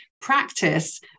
practice